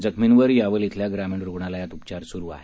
जखमींवर यावल क्विल्या ग्रामीण रूग्णालयात उपचार सुरू आहेत